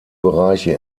bereiche